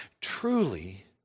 Truly